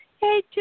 hey